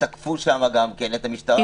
ותקפו שם גם כן את המשטרה,